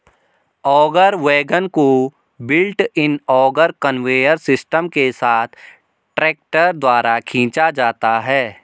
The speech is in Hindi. ऑगर वैगन को built in auger conveyor system के साथ ट्रैक्टर द्वारा खींचा जाता है